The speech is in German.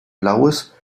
blaues